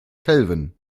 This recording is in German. kelvin